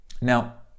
Now